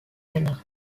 canards